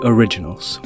Originals